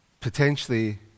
potentially